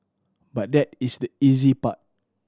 but that is the easy part